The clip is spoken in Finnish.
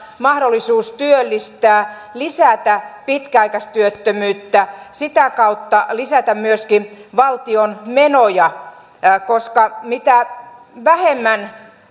mahdollisuus työllistää ja lisätään pitkäaikaistyöttömyyttä sitä kautta lisätään myöskin valtion menoja koska mitä vähemmän